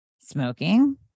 Smoking